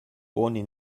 oni